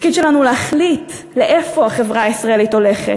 התפקיד שלנו הוא להחליט לאיפה החברה הישראלית הולכת,